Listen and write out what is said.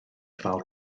ddal